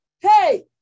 Hey